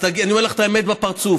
אני אומר לך את האמת בפרצוף.